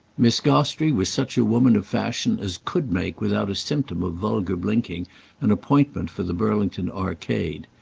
miss gostrey was such a woman of fashion as could make without a symptom of vulgar blinking an appointment for the burlington arcade.